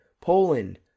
Poland